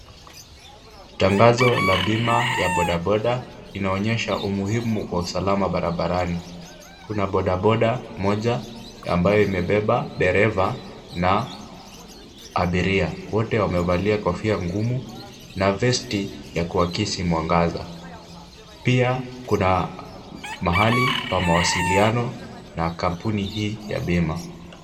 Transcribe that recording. Tangazo la bima ya bodaboda inaonyesha umuhimu wa usalama barabarani, kuna bodaboda moja ambayo imebeba ndereva na abiria, wote wamevalia kofia ngumu na vesti ya kuakisi mwangaza, pia kuna mahali pa mawasiliano na kampuni hii ya bima.